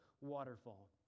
waterfall